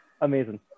Amazing